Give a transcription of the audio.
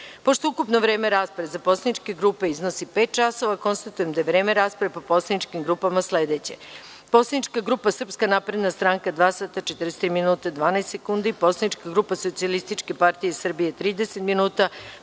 grupe. Pošto ukupno vreme rasprave za poslaničke grupe iznosi pet časova, konstatujem da je vreme rasprave po poslaničkim grupama sledeće: Poslanička grupa Srpska napredna stranka – dva sata, 43 minuta i 12 sekundi; Poslanička grupa Socijalistička partija Srbije – 30 minuta;